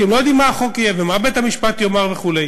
כי הם לא יודעים מה החוק יהיה ומה בית-המשפט יאמר וכו'.